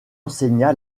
enseigna